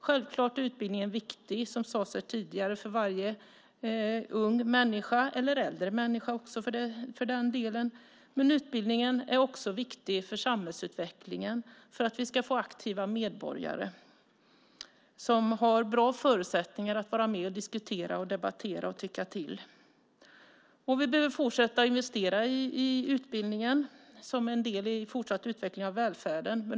Självklart är utbildningen viktig, som sades här tidigare, för varje ung människa, eller äldre människa också för den delen, men utbildningen är också viktig för samhällsutvecklingen, för att vi ska få aktiva medborgare som har bra förutsättningar att vara med och diskutera, debattera och tycka till. Vi behöver fortsätta investera i utbildningen som en del i en fortsatt utveckling av välfärden.